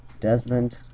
Desmond